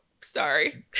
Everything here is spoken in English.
sorry